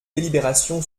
délibération